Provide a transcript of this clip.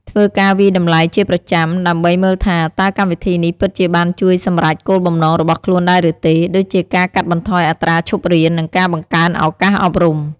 ធ្វើការវាយតម្លៃជាប្រចាំដើម្បីមើលថា តើកម្មវិធីនេះពិតជាបានជួយសម្រេចគោលបំណងរបស់ខ្លួនដែរឬទេ ដូចជាការកាត់បន្ថយអត្រាឈប់រៀន និងការបង្កើនឱកាសអប់រំ។